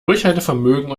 durchhaltevermögen